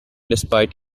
despite